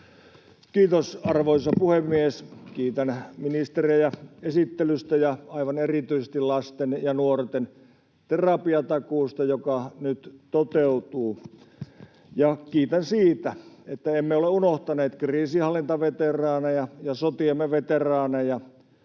Kiitos, arvoisa puhemies! Kiitän ministereitä esittelystä ja aivan erityisesti lasten ja nuorten terapiatakuusta, joka nyt toteutuu. [Krista Kiuru: Viikkojen odotuksen jälkeen!] Ja kiitän siitä, että emme ole unohtaneet kriisinhallintaveteraaneja ja sotiemme veteraaneja.